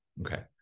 Okay